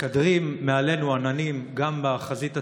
מתקדרים מעלינו עננים גם בחזית הצפונית,